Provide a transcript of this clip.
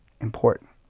important